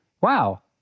Wow